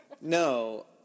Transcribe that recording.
No